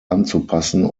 anzupassen